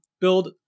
build